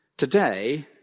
Today